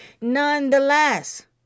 Nonetheless